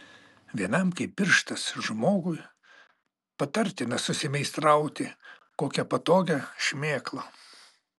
vienam kaip pirštas žmogui patartina susimeistrauti kokią patogią šmėklą